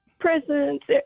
presents